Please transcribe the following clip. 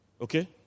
Okay